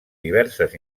diverses